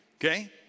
okay